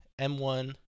M1